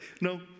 No